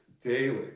daily